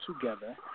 together